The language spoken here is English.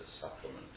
supplement